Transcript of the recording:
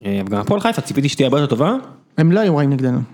מהפועל חיפה ציפיתי שתהיה הרבה יותר טובה. הם לא היו רעים נגדנו.